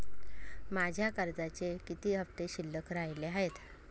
माझ्या कर्जाचे किती हफ्ते शिल्लक राहिले आहेत?